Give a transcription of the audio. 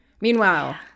Meanwhile